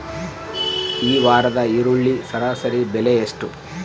ಈ ವಾರದ ಈರುಳ್ಳಿ ಸರಾಸರಿ ಬೆಲೆ ಎಷ್ಟು?